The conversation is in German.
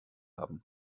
haben